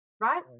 right